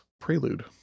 Prelude